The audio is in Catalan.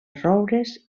roures